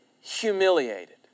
humiliated